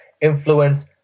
influence